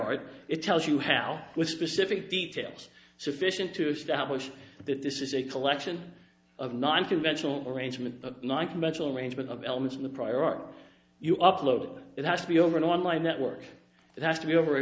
art it tells you how with specific details so efficient to establish that this is a collection of non conventional arrangements non conventional arrangement of elements in the prior art you upload it has to be over an online network that has to be over a